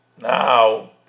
now